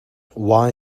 why